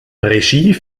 regie